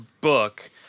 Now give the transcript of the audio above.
book